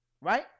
right